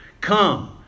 Come